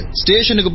station